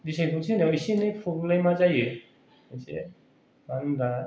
बिसायख'थि होनायाव एसे एनै प्रब्लेमआ जायो एसे मानो होनबा